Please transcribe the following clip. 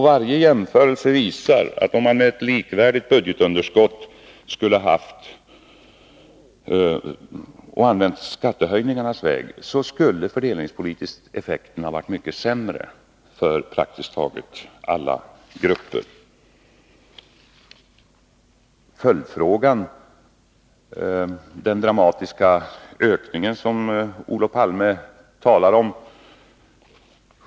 Varje jämförelse visar att om man, med ett likvärdigt budgetunderskott, skulle ha använt skattehöjningarnas väg, skulle effekten fördelningspolitiskt sett ha varit mycket sämre för praktiskt taget alla grupper. Olof Palme talar i sin följdfråga om den dramatiska ökningen av socialhjälpen.